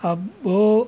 అబ్బో